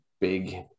big